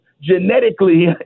genetically